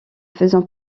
faisant